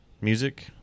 music